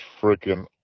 freaking